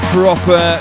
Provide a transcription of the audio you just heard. proper